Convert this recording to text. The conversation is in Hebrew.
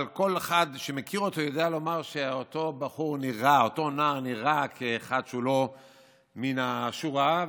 אבל כל אחד שמכיר אותו יודע לומר שאותו נער נראה כאחד שהוא לא מן השורה,